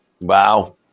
Wow